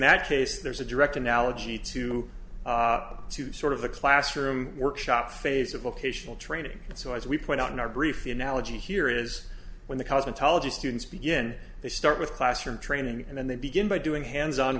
that case there's a direct analogy to to sort of the classroom workshop phase of vocational training and so as we point out in our brief analogy here is when the cosmetology students begin they start with classroom training and then they begin by doing hands on